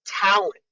talent